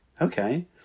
okay